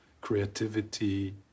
creativity